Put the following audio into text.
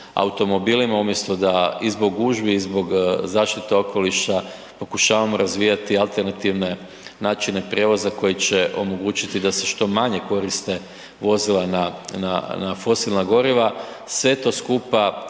automobilima umjesto da i zbog gužvi i zbog zaštite okoliša pokušavamo razvijati alternativne načine prijevoza koji će omogućiti da se što manje koriste vozila na, na, na fosilna goriva. Sve to skupa